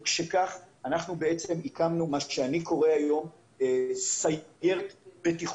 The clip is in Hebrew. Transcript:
ומשכך בעצם הקמנו מה שאני קורא היום סיירת בטיחות.